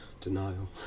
denial